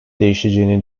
değişeceğini